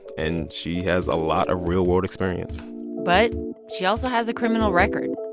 and she has a lot of real-world experience but she also has a criminal record